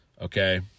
Okay